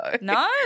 No